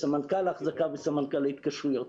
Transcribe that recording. סמנכ"ל אחזקה וסמנכ"ל ההתקשרויות.